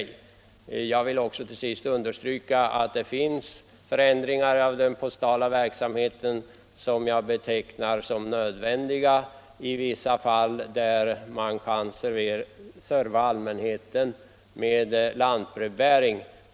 Jag vill till sist understryka att det i vissa fall förekommer förändringar i den postala verksamheten som jag betecknar som nödvändiga, t.ex. där man kan serva allmänheten med lantbrevbäring.